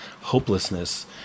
hopelessness